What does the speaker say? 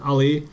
Ali